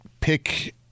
pick